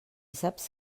saps